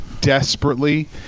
desperately